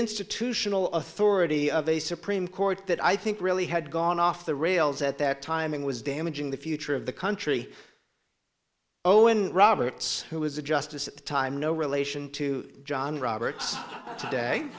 institutional authority of a supreme court that i think really had gone off the rails at that time and was damaging the future of the country oh in roberts who was a justice at the time no relation to john roberts today